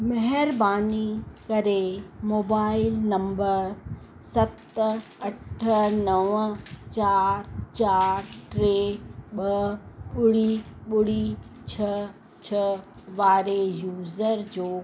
महिरबानी करे mobile number सत अठ नव चारि चारि टे ॿ ॿुड़ी ॿुड़ी छह छह वारे यूज़र जो